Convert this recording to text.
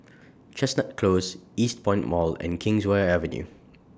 Chestnut Close Eastpoint Mall and Kingswear Avenue